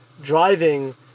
driving